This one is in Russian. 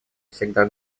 всегда